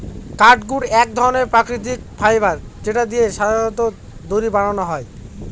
catgut এক ধরনের প্রাকৃতিক ফাইবার যেটা দিয়ে সাধারনত দড়ি বানানো হয়